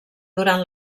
durant